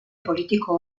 politiko